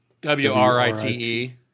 W-R-I-T-E